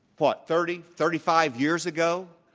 what, thirty, thirty five years ago,